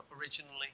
originally